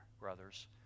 brothers